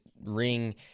ring